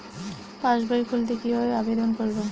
পাসবই খুলতে কি ভাবে আবেদন করব?